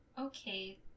Okay